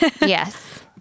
Yes